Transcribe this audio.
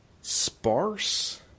sparse